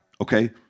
Okay